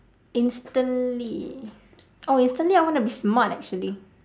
instantly oh instantly I want to be smart actually